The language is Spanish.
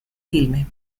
filme